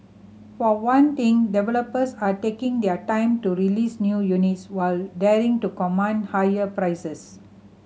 for one thing developers are taking their time to release new units while daring to command higher prices